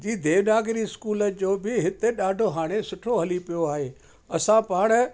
जी Devanagari school जो बि हिते ॾाढो हाणे सुठो हली पियो आहे असां पाण